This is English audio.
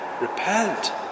repent